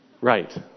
Right